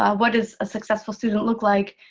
ah what does a successful student look like?